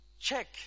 Check